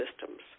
systems